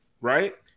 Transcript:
right